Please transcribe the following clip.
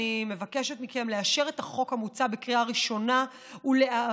אני מבקשת מכם לאשר את החוק המוצע בקריאה ראשונה ולהעבירו